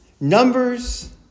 numbers